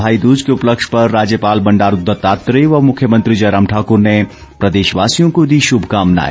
भाईदूज के उपलक्ष्य पर राज्यपाल बंडारू दत्तात्रेय व मुख्यमंत्री जयराम ठाकूर ने प्रदेशवासियों को दी शुभकामनाए